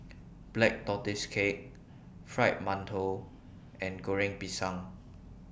Black Tortoise Cake Fried mantou and Goreng Pisang